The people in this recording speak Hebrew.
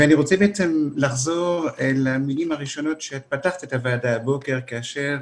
אני רוצה לחזור למילים הראשונות שפתחת אתן את הוועדה הבוקר כאשר